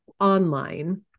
online